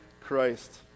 Christ